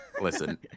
Listen